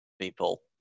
people